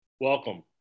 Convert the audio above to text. Welcome